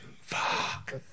fuck